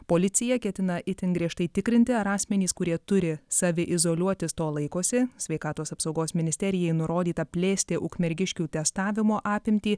policija ketina itin griežtai tikrinti ar asmenys kurie turi saviizoliuotis to laikosi sveikatos apsaugos ministerijai nurodyta plėsti ukmergiškių testavimo apimtį